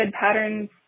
patterns